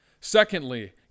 Secondly